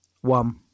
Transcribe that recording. One